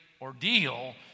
ordeal